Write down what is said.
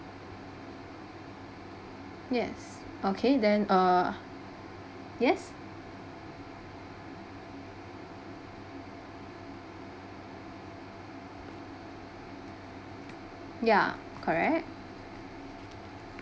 yes okay then uh ya correct